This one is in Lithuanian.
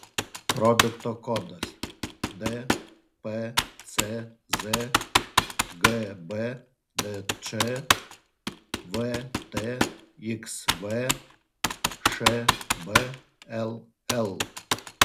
produkto kodas dpcz gbdč vtxv šbll